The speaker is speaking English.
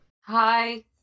hi